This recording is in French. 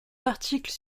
articles